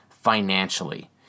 financially